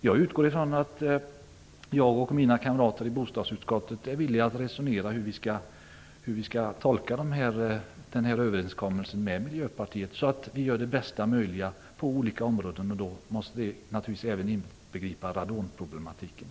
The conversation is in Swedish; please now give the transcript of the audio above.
Jag utgår från att mina kamrater i bostadsutskottet är villiga att resonera om hur vi skall tolka överenskommelsen med Miljöpartiet så att vi kan åstadkomma bästa möjliga resultat på olika områden, inbegripet radonproblematiken.